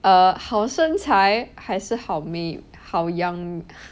err 好身材还是好美好 young